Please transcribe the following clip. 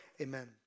amen